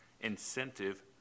incentive